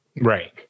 Right